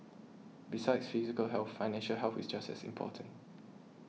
besides physical health financial health is just as important